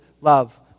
love